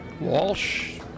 Walsh